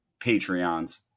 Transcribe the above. Patreons